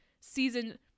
season